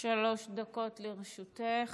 שלוש דקות לרשותך.